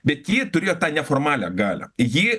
bet ji turėjo tą neformalią galią ji